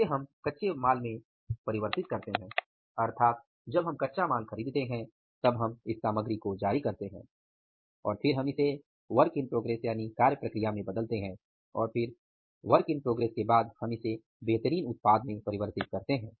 उसे हम कच्चे माल में परिवर्तित करते हैं अर्थात जब हम कच्चा माल खरीदते हैं तब हम इस सामग्री को जारी करते हैं और फिर हम इसे WIP कार्य प्रक्रिया में बदलते हैं और फिर WIP के बाद हम इसे बेहतरीन उत्पाद में परिवर्तित करते हैं